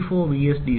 D 46 M